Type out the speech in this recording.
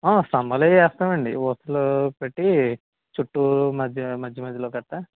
స్థంభాలవి వేస్తామండి ఊసలు పెట్టి చుట్టూరు మధ్య మధ్య మధ్యలో కట్ట